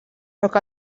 rock